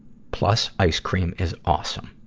plus, ice cream is awesome.